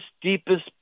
deepest